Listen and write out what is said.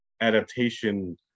adaptation